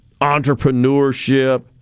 entrepreneurship